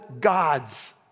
gods